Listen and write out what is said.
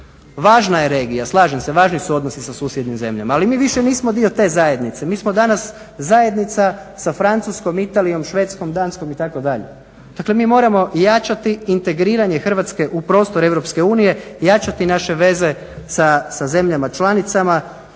Važna je regija, slažem se, važni su odnosi sa susjednim zemljama. Ali mi više nismo dio te zajednice. Mi smo danas zajednica sa Francuskom, Italijom, Švedskom, Danskom itd. Dakle, mi moramo jačati integriranje Hrvatske u prostor EU, jačati naše veze sa zemljama članicama,